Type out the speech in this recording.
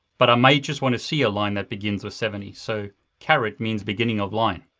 but i may just want to see a line that begins with seventy, so caret means beginning of line.